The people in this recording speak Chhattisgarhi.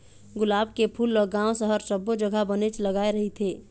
गुलाब के फूल ल गाँव, सहर सब्बो जघा बनेच लगाय रहिथे